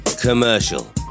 commercial